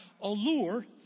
allure